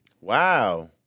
Wow